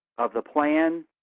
of the plan,